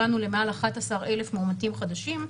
הגענו למעל 11,000 מאומתים חדשים.